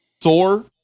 Thor